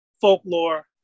folklore